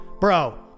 bro